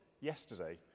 yesterday